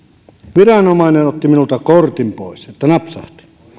viranomainen otti minulta kortin pois että napsahti